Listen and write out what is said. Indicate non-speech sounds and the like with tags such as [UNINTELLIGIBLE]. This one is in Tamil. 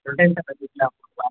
[UNINTELLIGIBLE]